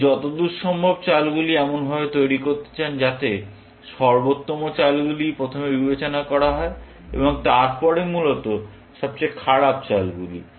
আপনি যতদূর সম্ভব চালগুলি এমনভাবে তৈরি করতে চান যাতে সর্বোত্তম চালগুলি প্রথমে বিবেচনা করা হয় এবং তারপরে মূলত সবচেয়ে খারাপ চালগুলি